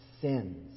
sins